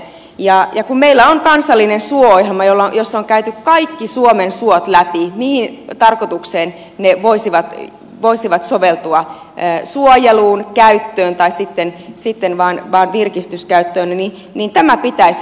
ja kun meillä on kansallinen suo ohjelma jossa on käyty kaikki suomen suot läpi mihin tarkoitukseen ne voisivat soveltua suojeluun käyttöön tai sitten vain virkistyskäyttöön niin tämän pitäisi kyllä riittää